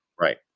right